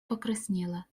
покраснела